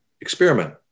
experiment